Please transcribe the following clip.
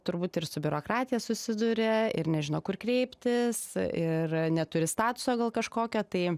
turbūt ir su biurokratija susiduria ir nežino kur kreiptis ir neturi statuso gal kažkokio tai